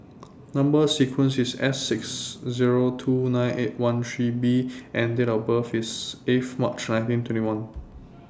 Number sequence IS S six Zero two nine eight one three B and Date of birth IS eighth March nineteen twenty one